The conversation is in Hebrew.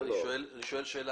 אני שואל שאלה.